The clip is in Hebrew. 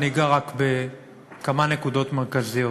אני אגע רק בכמה נקודות מרכזיות.